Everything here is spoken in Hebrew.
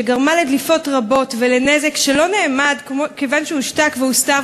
שגרמה לדליפות רבות ולנזק שלא נאמד כיוון שהושתק והוסתר,